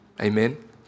Amen